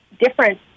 different